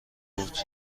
بود